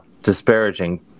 disparaging